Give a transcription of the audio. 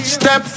step